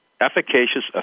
efficacious